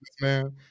man